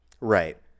Right